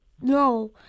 No